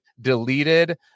deleted